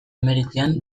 hemeretzian